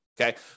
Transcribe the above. okay